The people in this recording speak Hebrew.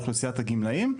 אוכלוסיית הגמלאים,